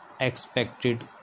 expected